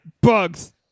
Bugs